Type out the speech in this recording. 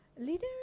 Leader